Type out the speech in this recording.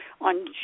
on